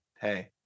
hey